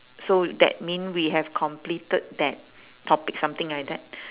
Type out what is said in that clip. so that mean we have completed that topic something like that